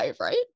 right